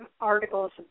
articles